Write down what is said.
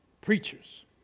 Preachers